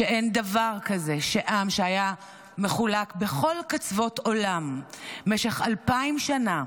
שאין דבר כזה שעם שהיה מחולק בכל קצוות עולם משך אלפיים שנה,